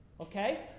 okay